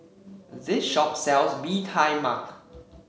this shop sells Bee Tai Mak